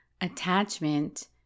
attachment